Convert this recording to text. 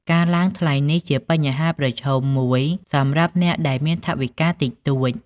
ការឡើងថ្លៃនេះជាបញ្ហាប្រឈមមួយសម្រាប់អ្នកដែលមានថវិកាតិចតួច។